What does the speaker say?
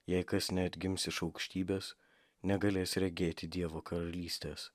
jei kas neatgims iš aukštybės negalės regėti dievo karalystės